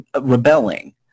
rebelling